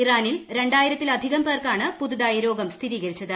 ഇറാനിൽ രണ്ടായിരത്തിൽ അധികം പേർക്കാണ് പൂതുതായി രോഗം സ്ഥിരീകരിച്ചത്